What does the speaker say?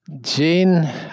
Jane